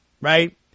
right